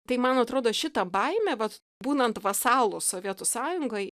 tai man atrodo šita baimė vat būnant vasalu sovietų sąjungoj